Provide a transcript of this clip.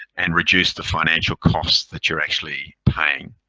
and reduce the financial cost that you're actually paying.